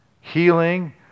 healing